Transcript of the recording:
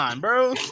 bro